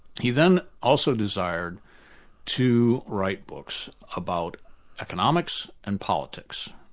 he then also desired to write books about economics and politics,